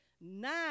nine